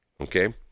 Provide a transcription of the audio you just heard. Okay